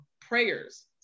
prayers